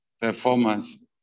performance